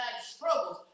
struggles